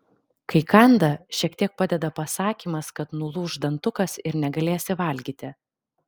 kai kanda šiek tiek padeda pasakymas kad nulūš dantukas ir negalėsi valgyti